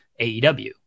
aew